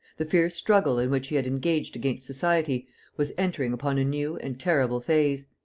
the fierce struggle in which he had engaged against society was entering upon a new and terrible phase.